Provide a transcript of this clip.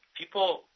people